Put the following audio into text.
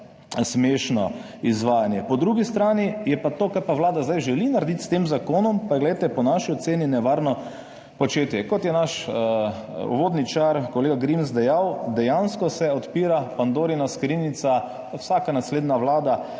smešno izvajanje. Po drugi strani je pa to, kar Vlada zdaj želi narediti s tem zakonom, po naši oceni nevarno početje. Kot je naš uvodničar kolega Grims dejal, dejansko se odpira Pandorina skrinjica. Vsaka naslednja vlada